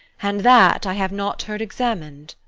and that i have not heard examin'd.